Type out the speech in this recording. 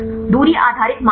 दूरी आधारित मानदंड